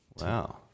Wow